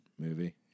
movie